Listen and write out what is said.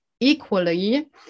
Equally